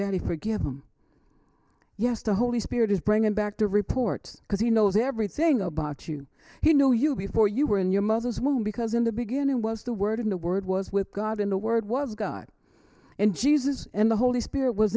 daddy forget him yes the holy spirit is bring him back to report because he knows everything about you he knew you before you were in your mother's womb because in the beginning was the word in the word was with god in the word was god and jesus and the holy spirit was